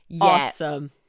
Awesome